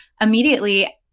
immediately